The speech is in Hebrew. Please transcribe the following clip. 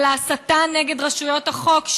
ההסתה נגד רשויות החוק.